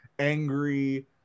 angry